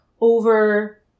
over